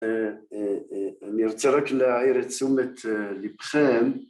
אני רוצה רק להעיר את תשומת לבכם